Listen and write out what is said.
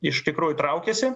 iš tikrųjų traukiasi